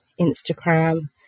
Instagram